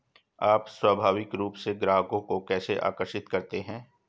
आप स्वाभाविक रूप से ग्राहकों को कैसे आकर्षित करते हैं?